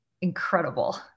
incredible